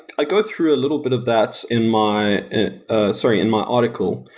i go through a little bit of that in my ah sorry, in my article.